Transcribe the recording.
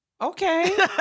Okay